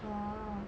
orh